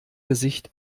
gesicht